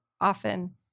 often